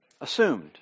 assumed